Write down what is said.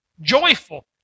joyful